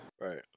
Right